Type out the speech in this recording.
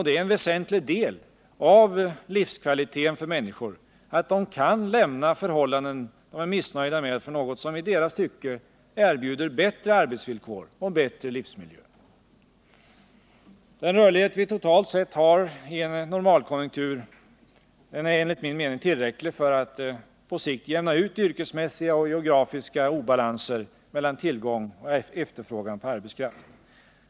Det är en väsentlig del av livskvaliteten för människor att de kan lämna förhållanden de är missnöjda med för något som i deras tycke erbjuder bättre arbetsvillkor och bättre livsmiljö. Den rörlighet vi totalt sett har i en normalkonjunktur är enligt min mening tillräcklig för att på sikt jämna ut yrkesmässiga och geografiska obalanser mellan tillgång och efterfrågan på arbetskraft.